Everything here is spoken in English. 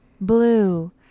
Blue